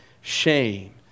shame